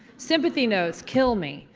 sympathy notes kill me.